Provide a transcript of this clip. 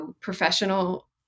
professional